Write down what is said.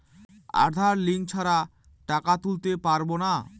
আধার link ছাড়া টাকা তুলতে পারব না?